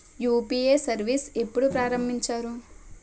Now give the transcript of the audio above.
UPI service ఎప్పుడు ప్రారంభించారు?